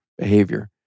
Behavior